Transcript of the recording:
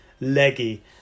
leggy